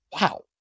wow